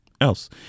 else